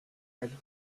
elles